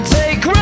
take